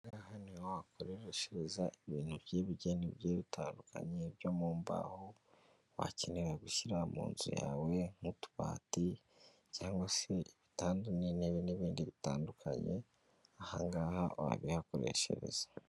Aha ni ko wakoreshereza ibintu by'ibigeni bigiye bitandukanye byo mu mbaho wakenera gushyira mu nzu yawe nk'utubati cyangwa se ibitanda n'intebe n'ibindi bitandukanye, aha ngaha wabihakoreshereza.